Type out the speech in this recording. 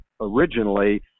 originally